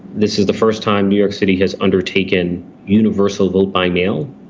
this is the first time new york city has undertaken universal vote by mail,